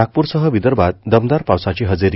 नागप्रसह विदर्भात दमदार पावसाची हजेरी